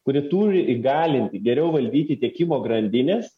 kuri turi įgalinti geriau valdyti tiekimo grandines